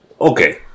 Okay